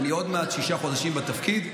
אני עוד מעט שישה חודשים בתפקיד,